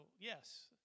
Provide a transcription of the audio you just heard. yes